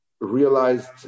realized